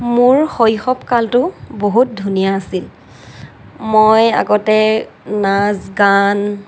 মোৰ শৈশৱকালটো বহুত ধুনীয়া আছিল মই আগতে নাচ গান